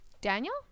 Daniel